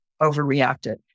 overreacted